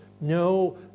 no